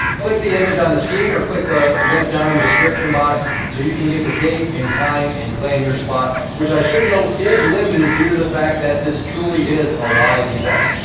click the image on the screen or click the link down on the description box so you can get the date and time, and claim your spot, which i should note, is limited due to the fact that this truly is a live event.